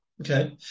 okay